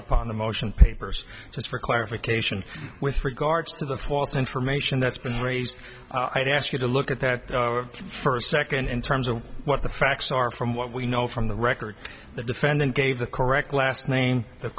upon the motion papers just for clarification with regards to the false information that's been raised i'd ask you to look at that first second in terms of what the facts are from what we know from the record the defendant gave the correct last name the